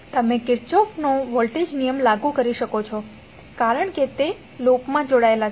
તમે કિર્ચોફનો વોલ્ટેજ નિયમ લાગુ કરી શકો છો કારણ કે તે લૂપમાં જોડાયેલા છે